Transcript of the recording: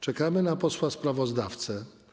Czekamy na posła sprawozdawcę.